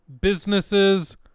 Businesses